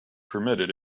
permitted